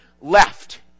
left